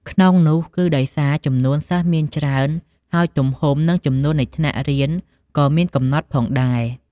ក្នុងនោះគឺដោយសារ ចំនួនសិស្សមានច្រើន ហើយទំហំ និងចំនួននៃថ្នាក់រៀនក៏មានកំណត់ផងដែរ។